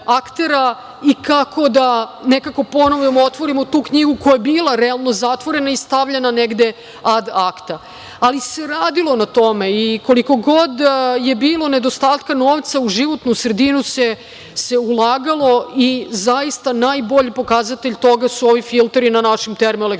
i kako da nekako ponovo otvorimo tu knjigu koja je bila realno zatvorena i stavljena negde ad akta. Ali, radilo se na tome i koliko god je bilo nedostatka novca u životnu sredinu se ulagalo i zaista najbolji pokazatelj toga su ovi filteri na našim termoelektranama,